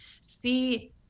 see